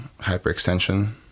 hyperextension